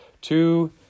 two